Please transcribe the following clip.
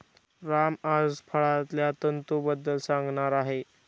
राम आज फळांतल्या तंतूंबद्दल सांगणार आहे